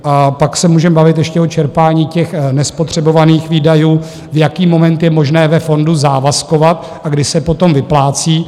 A pak se můžeme bavit ještě o čerpání těch nespotřebovaných výdajů, v jaký moment je možné ve fondu závazkovat a kdy se potom vyplácí.